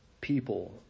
people